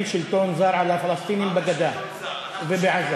שלטון זר על הפלסטינים בגדה ובעזה.